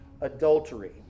adultery